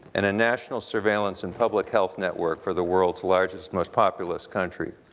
in a national surveillance and public health network for the world's largest, most populous country.